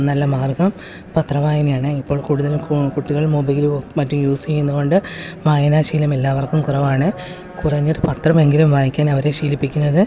നല്ല മാർഗ്ഗം പത്ര വായനയാണ് ഇപ്പോൾ കുടുതലും കുട്ടികൾ മൊബൈലും മറ്റും യൂസ് ചെയ്യുന്നതുകൊണ്ട് വായനാശീലം എല്ലാവർക്കും കുറവാണ് കുറഞ്ഞത് പത്രം എങ്കിലും വായിക്കാൻ അവരെ ശീലിപ്പിക്കുന്നത്